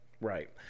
Right